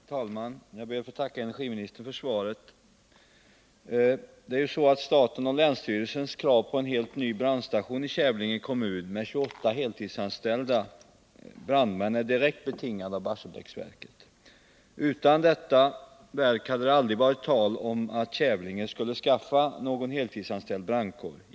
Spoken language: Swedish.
Herr talman! Jag ber att få tacka energiministern för svaret. Statens och länsstyrelsens krav på en helt ny brandstation i Kävlinge med 28 heltidsanställda brandmän är direkt betingat av Barsebäcksverket. Utan detta verk hade det aldrig varit tal om att Kävlinge skulle skaffa någon heltidsanställd brandkår.